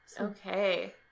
Okay